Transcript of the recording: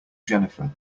jennifer